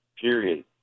period